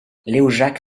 léojac